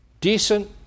decent